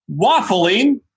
Waffling